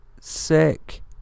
sick